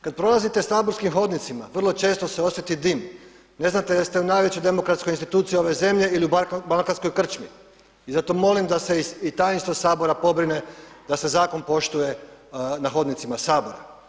Kada prolazite saborskim hodnicima, vrlo često se osjeti dim, ne znate jeste li u najvećoj demokratskoj instituciji ove zemlji ili u balkanskoj krčmi i zato molim da se i tajništvo Sabora pobrine da se zakon poštuje na hodnicima Sabora.